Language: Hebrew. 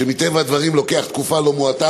שמטבע הדברים לוקח תקופה לא מועטה